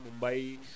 Mumbai